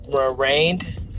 arraigned